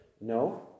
No